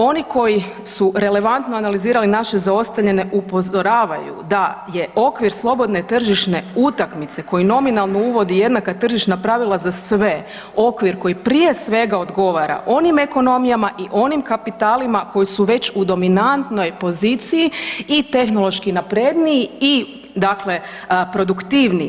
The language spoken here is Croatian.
Oni koji su relevantno analizirali naše zaostajanje upozoravaju da je okvir slobodne tržišne utakmice koji nominalno uvodi jednaka tržišna pravila za sve, okvir koji prije svega odgovara onim ekonomijama i onim kapitalima koji su već u dominantnoj poziciji i tehnološki napredniji i, dakle produktivniji.